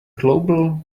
global